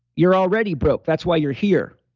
you're already broke. that's why you're here.